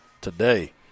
today